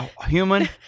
human